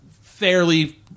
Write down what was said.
fairly